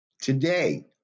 today